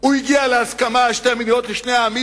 הוא הגיע להסכמה על שתי מדינות לשני עמים,